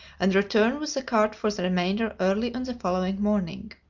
and return with the cart for the remainder early on the following morning.